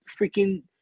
freaking